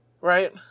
right